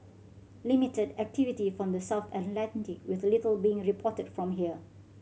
limited activity from the south Atlantic with little being reported from here